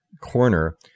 corner